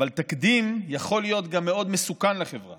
אבל תקדים יכול להיות גם מאוד מסוכן לחברה